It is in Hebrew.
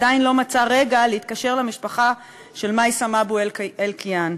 עדיין לא מצא רגע להתקשר למשפחה של מייסם אבו אלקיעאן.